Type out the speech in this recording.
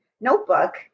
notebook